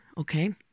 okay